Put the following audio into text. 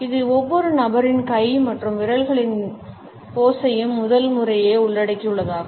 இது ஒவ்வொரு நபரின் கை மற்றும் விரல்களின் போஸையும் முதல் முறையே உள்ளடக்கியுள்ளதாகும்